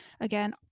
Again